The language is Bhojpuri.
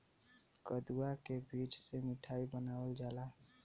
कदुआ के बीज से मिठाई बनावल जाला